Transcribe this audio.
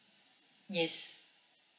yes